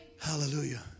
Hallelujah